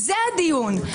זה הדיון.